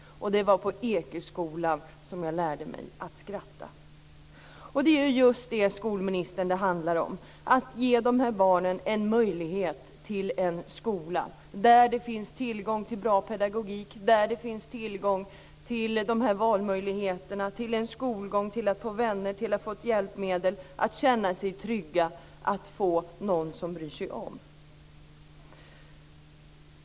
Det var på Ekeskolan som jag lärde mig att skratta. Vad det handlar om, skolministern, är alltså att ge de här barnen möjlighet till en skola där det finns tillgång till bra pedagogik, till valmöjligheter och till skolgång liksom till vänner och hjälpmedel. Det handlar om att känna sig trygg och om att få någon som bryr sig om.